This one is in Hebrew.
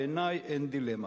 בעיני, אין דילמה.